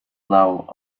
love